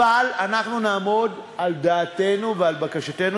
אבל אנחנו נעמוד על דעתנו ועל בקשתנו